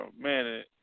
Man